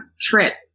trip